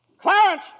Clarence